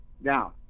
Now